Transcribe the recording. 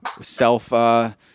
self